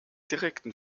direkten